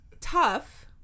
Tough